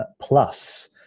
Plus